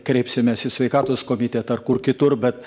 kreipsimės į sveikatos komitetą ar kur kitur bet